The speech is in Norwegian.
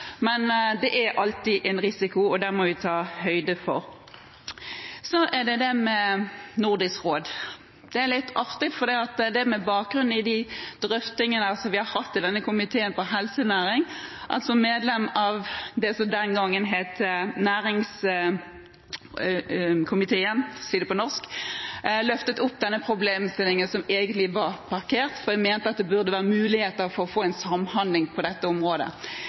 Men det er alltid en risiko, og det må vi ta høyde for. Så til det med Nordisk råd. Det er litt artig, for det er med bakgrunn i de drøftingene vi har hatt i komiteen om helsenæringen – altså som medlemmer av det som den gang het næringskomiteen, for å si det på norsk – at vi har løftet opp denne problemstillingen, som egentlig var parkert. Vi mente at det burde være muligheter for å få en samhandling på dette området.